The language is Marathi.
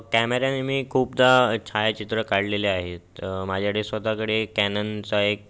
कॅमेऱ्यानी मी खूपदा छायाचित्रं काढलेले आहेत माझ्याकडे स्वतःकडे कॅननचा एक